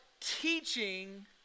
teaching